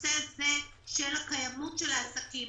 נושא קיימות העסקים,